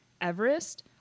everest